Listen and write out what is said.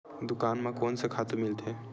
दुकान म कोन से खातु मिलथे?